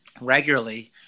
regularly